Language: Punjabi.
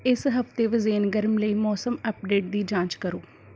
ਇਸ ਹਫ਼ਤੇ ਵਜ਼ੇਨ ਗਰਮ ਲਈ ਮੌਸਮ ਅੱਪਡੇਟ ਦੀ ਜਾਂਚ ਕਰੋ